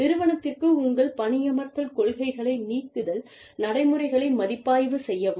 நிறுவனத்திற்கு உங்கள் பணியமர்த்தல் கொள்கைகளை நீக்குதல் நடைமுறைகளை மதிப்பாய்வு செய்யவும்